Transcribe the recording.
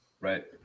right